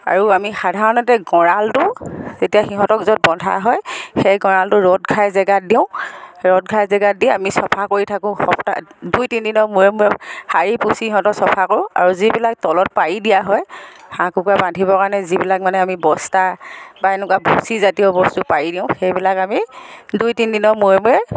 আৰু আমি সাধাৰণতে গঁৰালটো এতিয়া সিহঁতক য'ত বন্ধা হয় সেই গঁৰালটো ৰ'দ ঘাই জেগাত দিওঁ ৰ'দ ঘাই জেগাত দি আমি চফা কৰি থাকোঁ সপ্তাহে দুই তিনি দিনৰ মূৰে মূৰে হাৰি পুচি সিহঁতক চফা কৰোঁ আৰু যিবিলাক তলত পাৰি দিয়া হয় হাঁহ কুকুৰা বান্ধিবৰ কাৰণে যিবিলাক মানে আমি বস্তা বা এনেকুৱা জাতীয় বস্তু পাৰি দিওঁ সেইবিলাক আমি দুই তিনিদিনৰ মূৰে মূৰে